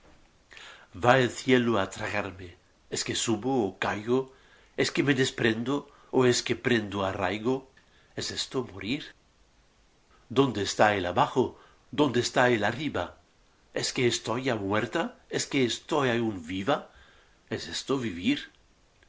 va el cielo á tragarme es que subo ó caigo es que me desprendo ó es que prendo arraigo es ésto morir dónde está el abajo dónde está el arriba es que estoy ya muerta es que estoy aun viva es esto vivir